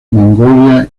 mongolia